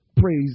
praise